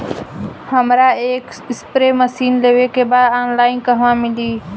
हमरा एक spray machine लेवे के बा ऑनलाइन कहवा मिली?